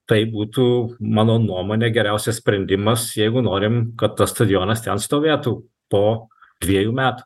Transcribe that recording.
tai būtų mano nuomone geriausias sprendimas jeigu norim kad tas stadionas ten stovėtų po dviejų metų